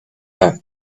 back